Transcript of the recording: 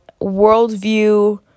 worldview